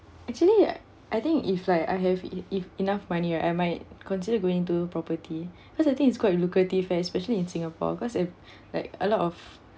actually I think if like I have if if enough money I might consider going to property because I think it's quite lucrative especially in singapore because if like a lot of